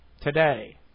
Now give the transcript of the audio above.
today